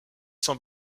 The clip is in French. sans